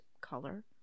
color